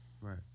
Right